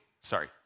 sorry